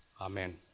Amen